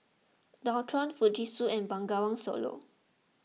Dualtron Fujitsu and Bengawan Solo